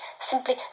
simply